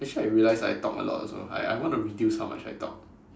actually I realize I talk a lot also I I want to reduce how much I talk